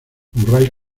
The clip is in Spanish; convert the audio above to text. murray